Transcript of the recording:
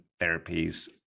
therapies